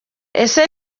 ese